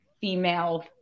female